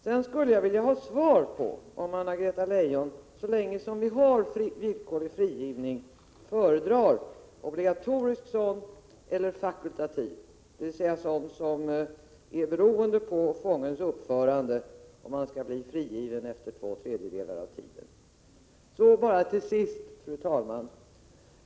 Dessutom skulle jag vilja ha svar på om Anna-Greta Leijon så länge vi har villkorlig frigivning föredrar obligatorisk sådan eller fakultativ, dvs. sådan frigivning efter två tredjedelar av tiden som är beroende av fångens uppförande. Fru talman!